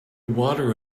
water